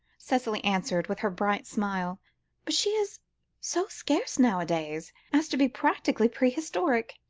cicely answered with her bright smile but she is so scarce nowadays, as to be practically prehistoric.